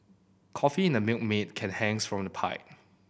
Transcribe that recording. coffee in a Milkmaid can hangs from a pipe